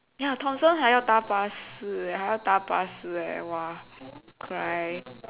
ya thomson 还要搭巴士 leh 还要搭巴士 leh !wah! cry